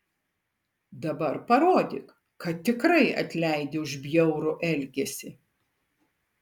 dabar parodyk kad tikrai atleidi už bjaurų elgesį